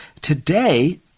Today